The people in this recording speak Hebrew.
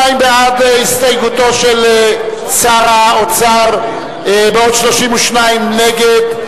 62 בעד הסתייגותו של שר האוצר, 32 נגד.